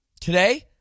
today